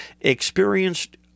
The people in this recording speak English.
Experienced